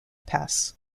pass